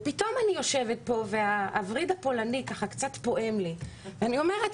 ופתאום אני יושבת פה והווריד הפולני ככה קצת פועם לי ואני אומרת,